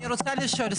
אני רוצה לשאול,